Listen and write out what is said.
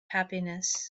happiness